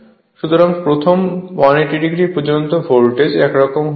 সুতরাং প্রথম 180 o পর্যন্ত ভোল্টেজ এরকম হবে